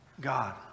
God